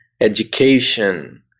education